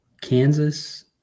Kansas